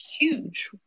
huge